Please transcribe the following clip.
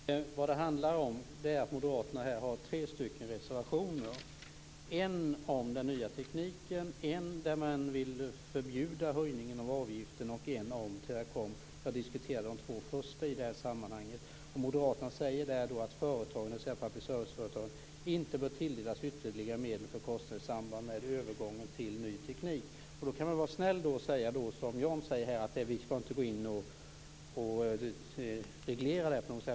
Fru talman! Vad det handlar om är att Moderaterna här har tre reservationer, en om den nya tekniken, en om att man vill förbjuda höjningen av avgiften och en om Teracom. Jag diskuterar de två första i det här sammanhanget. Moderaterna säger att public service-företagen inte bör tilldelas ytterligare medel för kostnader i samband med övergången till ny teknik. Då kan man vara snäll och säga som Jan, att vi inte skall gå in och reglera det här.